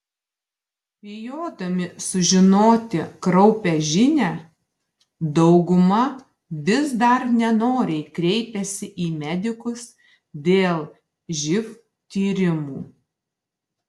bijodami sužinoti kraupią žinią dauguma vis dar nenoriai kreipiasi į medikus dėl živ tyrimų